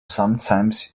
sometimes